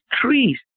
trees